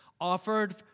offered